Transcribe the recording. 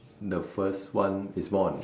the first one is born